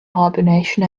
hibernation